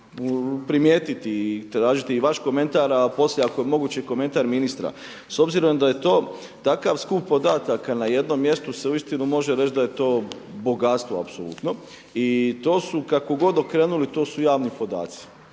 primijetiti i tražiti i vaš komentar a poslije ako je moguće i komentar ministra s obzirom da je to takav skup podataka na jednom mjestu se uistinu može reći da je to bogatstvo apsolutno i to su kako god okrenuli to su javni podaci.